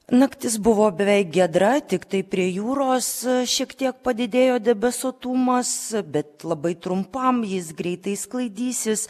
naktis buvo beveik giedra tiktai prie jūros šiek tiek padidėjo debesuotumas bet labai trumpam jis greitai sklaidysis